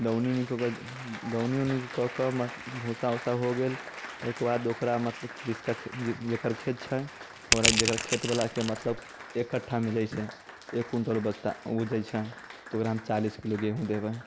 दौनी उनी कऽके दौनी उनी कऽकऽ भूसा उसा हो गेल ओहिके बाद ओकरा मतलब जिसका जेकर खेत छै ओकरा जेकरा खेत बलाके मतलब एक कठ्ठामे जइसे एक कुंतल उपजता उपज छै तऽ ओकरामे चालीस किलो गेहूँ देबै